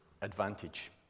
advantage